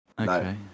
Okay